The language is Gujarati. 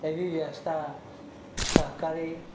એવી વ્યવસ્થા સરકારી